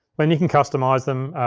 then you can customize them.